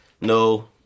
no